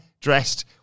dressed